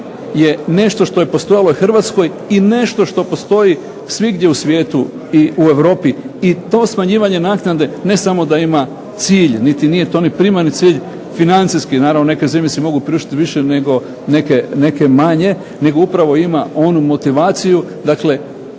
je nešto što je postojalo u Hrvatskoj i nešto što postoji svugdje u svijetu i u Europi i to smanjivanje naknade ne samo da ima cilj, nije to ni primarni cilj, financijski, naravno neke zemlje si mogu priuštiti više nego neke manje, nego upravo ima onu motivaciju. Dakle,